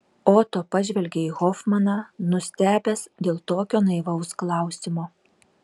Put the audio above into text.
oto pažvelgė į hofmaną nustebęs dėl tokio naivaus klausimo